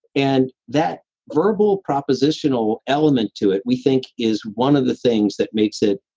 and that verbal propositional element to it we think is one of the things that makes it,